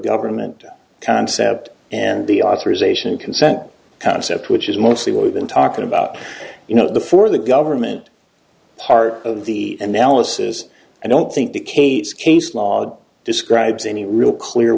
government concept and the authorization consent concept which is mostly what we've been talking about you know the for the government part of the analysis i don't think the case case law describes any real clear